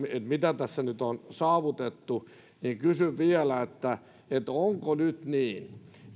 mitä tässä nyt on saavutettu niinpä kysyn vielä onko nyt niin